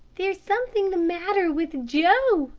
there's something the matter with joe,